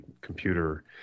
computer